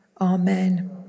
Amen